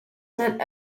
meant